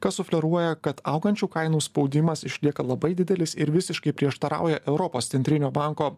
kas sufleruoja kad augančių kainų spaudimas išlieka labai didelis ir visiškai prieštarauja europos centrinio banko